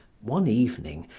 one evening,